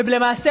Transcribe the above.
ולמעשה,